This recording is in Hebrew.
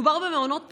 מדובר במעונות פתוחים,